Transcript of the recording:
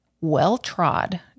well-trod